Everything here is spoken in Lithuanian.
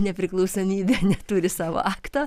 nepriklausomybė neturi savo akto